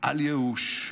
אל ייאוש.